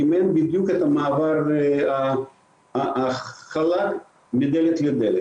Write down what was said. אם אין בדיוק את המעבר החלק מדלת לדלת.